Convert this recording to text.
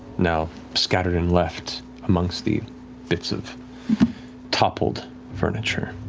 now scattered and left amongst the bits of toppled furniture.